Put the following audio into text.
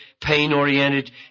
pain-oriented